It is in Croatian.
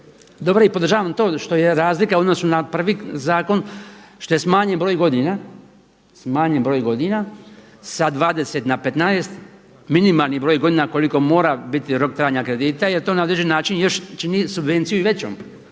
Dobro je i podržavam to što je razlika u odnosu na prvi zakon, što je smanjen broj godina, smanjen broj godina sa 20 na 15, minimalni broj godina koliko mora biti rok trajanja kredita jer to na određeni način još čini subvenciju i većom.